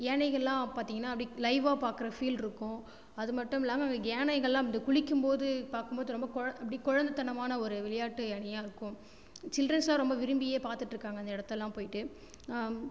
யானைகள்லாம் பார்த்தீங்கனா அப்படி லைவாக பார்க்குற ஃபீல்ருக்கும் அது மட்டும் இல்லாமல் யானைகள்லாம் அப்படி குளிக்கும்போது பார்க்கும்போது ரொம்ப குழ அப்படி குழந்த தனமான ஒரு விளையாட்டு யானையாக இருக்கும் சில்ட்ரன்ஸ்லாம் ரொம்ப விரும்பியே பார்த்துட்ருக்காங்க அந்த இடத்தலாம் போய்விட்டு